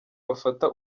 bafata